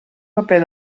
paper